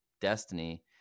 destiny